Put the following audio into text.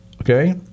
Okay